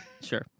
Sure